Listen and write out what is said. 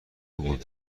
بود